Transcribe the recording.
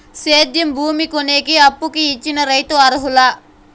సేద్యం భూమి కొనేకి, అప్పుకి చిన్న రైతులు అర్హులా?